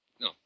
No